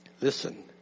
listen